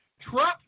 Trump